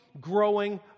growing